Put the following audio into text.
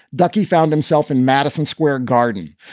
ducky found himself in madison square garden.